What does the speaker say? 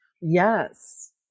Yes